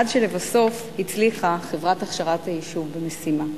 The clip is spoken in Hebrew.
עד שלבסוף הצליחה חברת "הכשרת היישוב" במשימה,